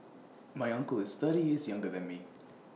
my uncle is thirty years younger than me